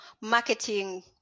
marketing